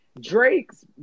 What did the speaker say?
Drake's